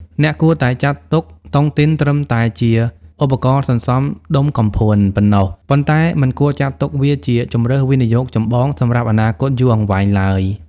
អ្នកគួរតែចាត់ទុកតុងទីនត្រឹមតែជា "ឧបករណ៍សន្សំដុំកំភួន" ប៉ុណ្ណោះ ប៉ុន្តែមិនគួរចាត់ទុកវាជា "ជម្រើសវិនិយោគចម្បង" សម្រាប់អនាគតយូរអង្វែងឡើយ។